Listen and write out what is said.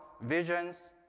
visions